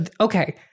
okay